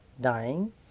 dying